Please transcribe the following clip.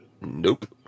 nope